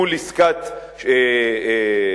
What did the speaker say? מול עסקת טננבאום,